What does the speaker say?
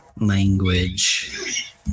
language